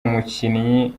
umukinnyi